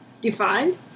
defined